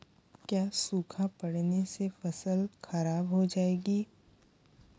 क्या सूखा पड़ने से फसल खराब हो जाएगी?